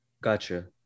Gotcha